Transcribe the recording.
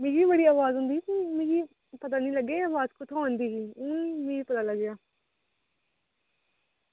मिगी बड़ी आवाज़ औंदी ते मिगी पता निं लग्गेआ एह् आवाज़ कुत्थां औंदी ही ते भी मिगी पता लग्गेआ